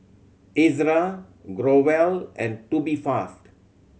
Ezerra Growell and Tubifast